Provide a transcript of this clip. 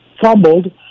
fumbled